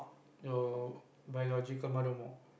your biological mother more